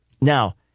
Now